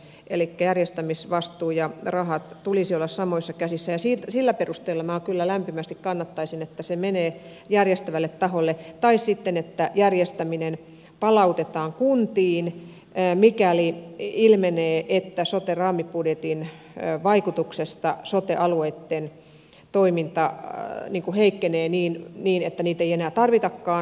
elikkä järjestämisvastuun ja rahojen tulisi olla samoissa käsissä ja sillä perusteella minä kyllä lämpimästi kannattaisin että se menee järjestävälle taholle tai sitten niin että järjestäminen palautetaan kuntiin mikäli ilmenee että sote raamibudjetin vaikutuksesta sote alueitten toiminta heikkenee niin että niitä ei enää tarvitakaan